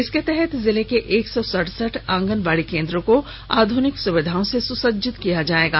इसके तहत जिले के एक सौ सड़सठ आंगनबाड़ी केन्द्रों को आधुनिक सुविधाओं से सुसज्जित किया जाएगा